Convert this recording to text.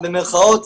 במרכאות,